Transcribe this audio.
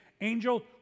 angel